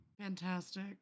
Fantastic